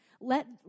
Let